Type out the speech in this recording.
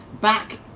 Back